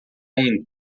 indo